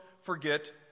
forget